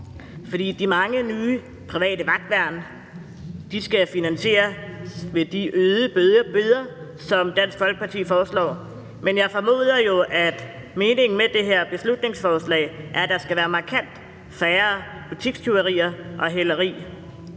For de mange nye private vagtværn skal finansieres ved de øgede bøder, som Dansk Folkeparti foreslår, men jeg formoder jo, at meningen med det her beslutningsforslag er, at der skal være markant færre butikstyverier og færre